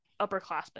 upperclassmen